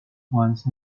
once